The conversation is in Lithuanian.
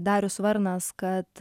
darius varnas kad